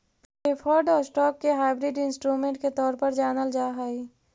preferred stock के hybrid instrument के तौर पर जानल जा हइ